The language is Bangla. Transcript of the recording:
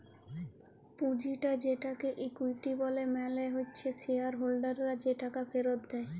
পুঁজিটা যেটাকে ইকুইটি ব্যলে মালে হচ্যে শেয়ার হোল্ডাররা যে টাকা ফেরত দেয়